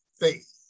faith